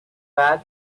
packed